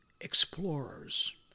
explorers